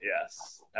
Yes